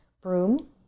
broom